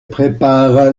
prépare